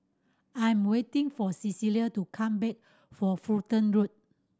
I'm waiting for Cecilia to come back from Fulton Road